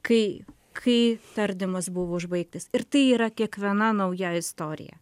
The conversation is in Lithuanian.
kai kai tardymas buvo užbaigtas ir tai yra kiekviena nauja istorija